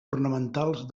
ornamentals